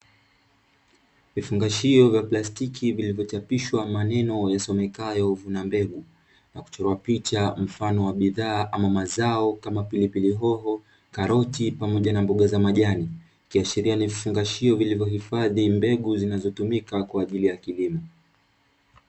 Vifungashio vya platiki vilivyochapishwa maneno yasomekayo vuna mbegu, na kuchorwa picha mfano wa bidhaa ama mazao kama pilipili hoho, karoti pamoja na mboga za majani, ikiashiria ni vifungashio vilivyohifadhi mbegu zinazotumika kwa ajili ya kilimo.